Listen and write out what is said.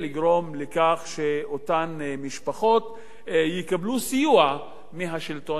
שאותן משפחות יקבלו סיוע מהשלטון המקומי.